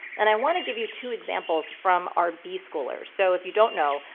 and i want to give you two examples from our b-schoolers. so if you don't know,